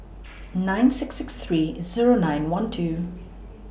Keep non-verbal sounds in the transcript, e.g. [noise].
[noise] nine six six three Zero nine one two